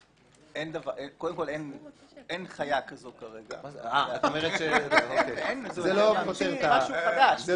קודם כל, אין חיה כזאת כרגע, זה משהו חדש.